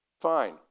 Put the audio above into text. Fine